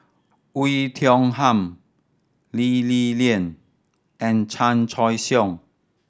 Oei Tiong Ham Lee Li Lian and Chan Choy Siong